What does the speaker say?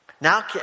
Now